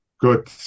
Good